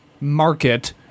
market